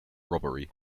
robbery